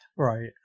Right